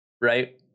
right